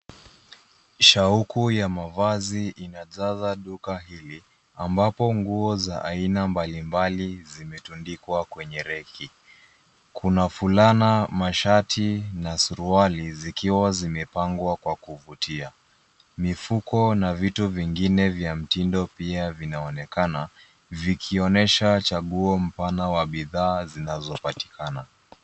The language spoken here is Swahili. Shauku ya mavazi inajaza duka hili ambapo nguo za aina mbalimbali zimetundikwa kwenye reki. Kuna fulana, mashati na suruali zikiwa zimepangwa kwa kuvutia. Mifuko na vitu vingine vya mtindo pia viaonekana vikionyesha chaguo mpana wa bidhaa zinazopatikana.